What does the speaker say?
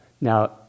now